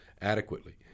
adequately